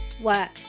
work